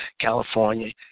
California